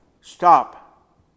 stop